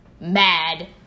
mad